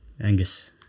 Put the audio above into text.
Angus